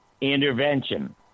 intervention